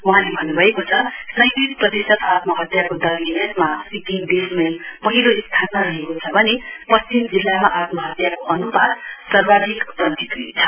वहाँले भन्नुभएको छ सैंतिस प्रतिशत आत्महत्याको दरले यसमा सिक्किम देशमै पहिलो स्थानमा रहेको छ भने पश्चिम जिल्लामा आत्महत्याको अनुपात सर्वाधिक पश्जीकृत छ